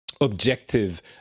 objective